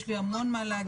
יש לי המון מה להגיד.